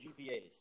GPAs